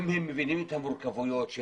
אם הם מבינים את המורכבויות של